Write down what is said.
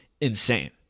insane